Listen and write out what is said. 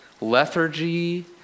lethargy